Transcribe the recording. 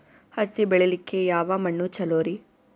ಹತ್ತಿ ಬೆಳಿಲಿಕ್ಕೆ ಯಾವ ಮಣ್ಣು ಚಲೋರಿ?